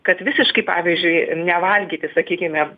kad visiškai pavyzdžiui nevalgyti sakykime